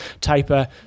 taper